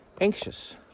anxious